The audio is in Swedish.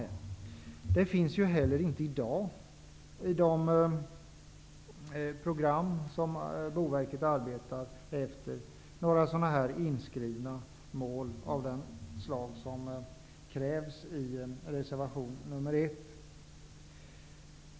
Det finns heller inte i dag i de program som Boverket arbetar efter några inskrivna mål av det slag som krävs i reservation 1.